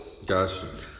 gotcha